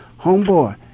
homeboy